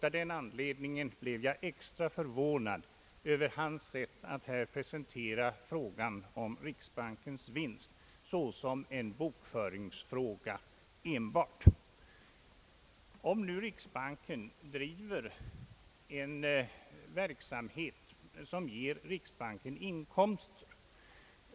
Av den anledningen blev jag extra förvånad över hans sätt att här presentera frågan om användningen av riksbankens vinst såsom enbart en bokföringsfråga. ger riksbanken inkomst.